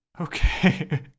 okay